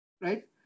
right